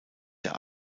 der